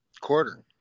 quarter